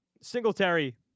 Singletary